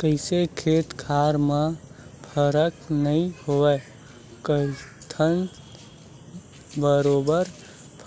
कइसे खेत खार म फरक नइ होवय कहिथस बरोबर